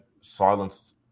silence